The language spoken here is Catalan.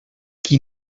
qui